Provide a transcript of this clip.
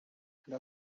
and